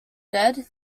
dead